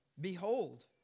Behold